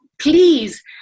please